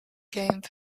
game